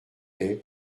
est